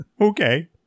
okay